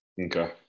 Okay